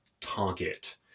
target